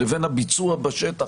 לבין הביצוע בשטח,